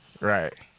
Right